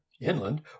inland